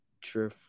True